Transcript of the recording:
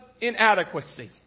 inadequacy